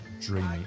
dreamy